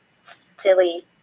silly